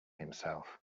himself